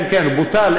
כן, כן, הוא בוטל.